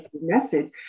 message